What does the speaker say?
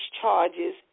charges